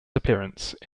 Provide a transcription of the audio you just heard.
appearance